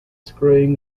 screwing